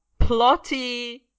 plotty